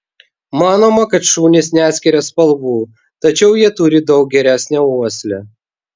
manoma kad šunys neskiria spalvų tačiau jie turi daug geresnę uoslę